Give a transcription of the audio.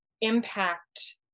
impact